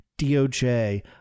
DOJ